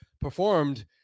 performed